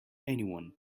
anyone